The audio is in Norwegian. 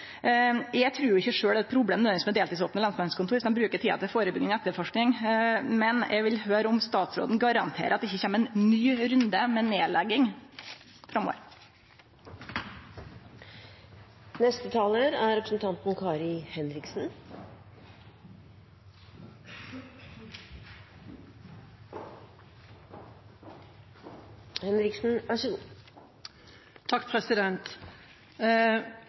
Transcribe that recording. Eg trur ikkje sjølv det nødvendigvis er eit problem med deltidsopne lensmannskontor viss dei bruker tida på førebygging og etterforsking, men eg vil høyre om statsråden garanterer at det ikkje kjem ein ny runde med nedlegging